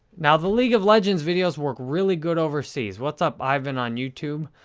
now, the league of legends videos work really good overseas. what's up, ivan on youtube.